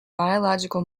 biological